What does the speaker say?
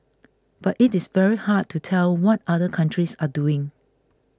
but it is very hard to tell what other countries are doing